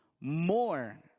more